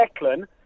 Declan